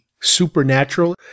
supernatural